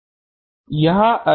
यह अर्रे अक्ष है